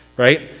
right